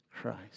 Christ